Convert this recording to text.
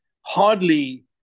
hardly